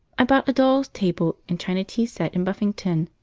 i bought a doll's table and china tea-set in buffington.